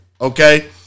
okay